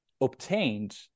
obtained